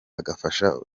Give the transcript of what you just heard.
agafasha